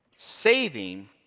saving